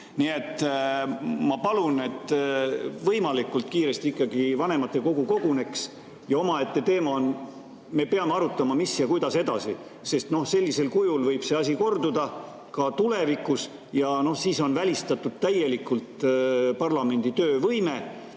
Nii et ma palun, et võimalikult kiiresti ikkagi vanematekogu koguneks. Omaette teema, mida me peame arutama, on see, et mis ja kuidas edasi, sest sellisel kujul võib see asi korduda ka tulevikus ja siis on täielikult välistatud parlamendi töövõime.